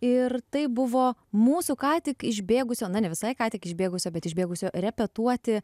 ir tai buvo mūsų ką tik išbėgusio na ne visai ką tik išbėgusio bet išbėgusio repetuoti